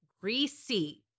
greasy